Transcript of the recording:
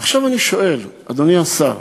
עכשיו אני שואל, אדוני השר: